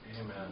Amen